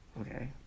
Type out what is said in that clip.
okay